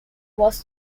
was